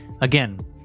Again